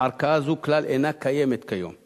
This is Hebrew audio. השר מרגי שוב מציג בשם שר המשפטים.